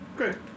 Okay